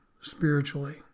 spiritually